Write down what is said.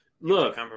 Look